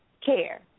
care